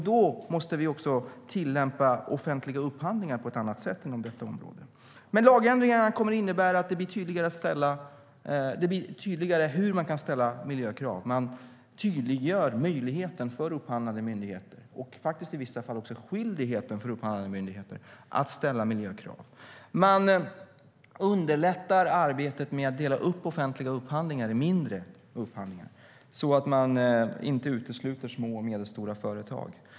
Då måste vi också tillämpa offentliga upphandlingar på ett annat sätt inom detta område. Lagändringarna kommer att innebära att det blir tydligare hur man kan ställa miljökrav. Man tydliggör möjligheten för upphandlande myndigheter och också i vissa fall skyldigheten för upphandlande myndigheter att ställa miljökrav. Man underlättar arbetet med att dela upp offentliga upphandlingar i mindre upphandlingar så att man inte utesluter små och medelstora företag.